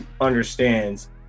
understands